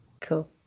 cool